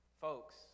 Folks